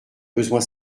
besoin